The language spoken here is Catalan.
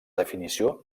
definició